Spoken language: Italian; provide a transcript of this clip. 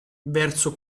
verso